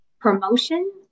promotion